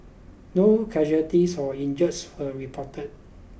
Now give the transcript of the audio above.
no casualties or injuries were reported